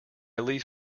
leave